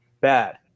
bad